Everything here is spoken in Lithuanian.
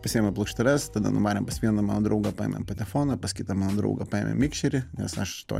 pasiėmė plokšteles tada nuvarėm pas vieną mano draugą paėmėm patefoną pas kitą mano draugą paėmėm mikserį nes aš to